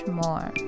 more